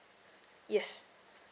yes